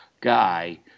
guy